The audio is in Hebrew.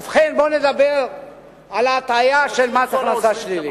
ובכן, בואו נדבר על ההטעיה של מס הכנסה שלילי.